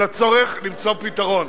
ולצורך למצוא פתרון.